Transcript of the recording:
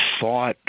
thought